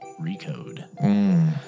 Recode